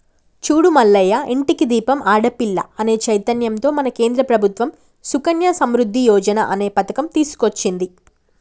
చూడు మల్లయ్య ఇంటికి దీపం ఆడపిల్ల అనే చైతన్యంతో మన కేంద్ర ప్రభుత్వం సుకన్య సమృద్ధి యోజన అనే పథకం తీసుకొచ్చింది